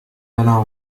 alain